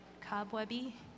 cobwebby